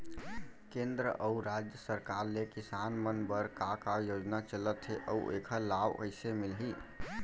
केंद्र अऊ राज्य सरकार ले किसान मन बर का का योजना चलत हे अऊ एखर लाभ कइसे मिलही?